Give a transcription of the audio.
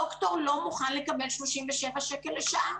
דוקטור לא מוכן לקבל 37 שקל לשעה.